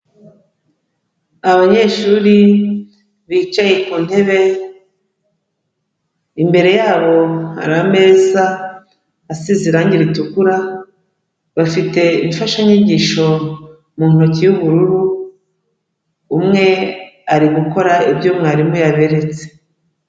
Abanyeshuri bicaye ku ntebe, imbere yabo hari ameza asize irangi ritukura, bafite imfashanyigisho mu ntoki y'ubururu, umwe ari gukora ibyo mwarimu yaberetse.